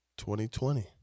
2020